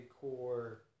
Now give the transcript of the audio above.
core